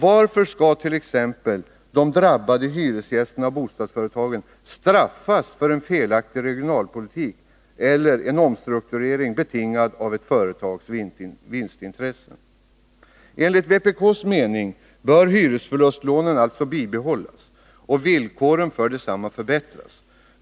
Varför skall t.ex. de drabbade hyresgästerna och bostadsföretagen straffas för en felaktig regionalpolitik eller för en omstrukturering betingad av ett företags vinstintresse? Enligt vpk:s mening bör hyresförlustlånen bibehållas och villkoren för desamma förbättras.